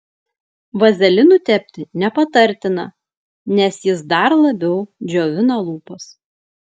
vazelinu tepti nepatartina nes jis dar labiau džiovina lūpas